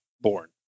born